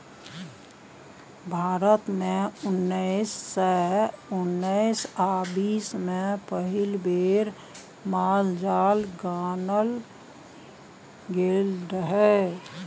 भारत मे उन्नैस सय उन्नैस आ बीस मे पहिल बेर माल जाल गानल गेल रहय